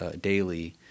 daily